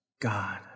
God